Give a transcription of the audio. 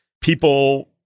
people